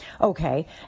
Okay